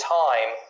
time